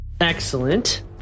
excellent